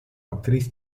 actriz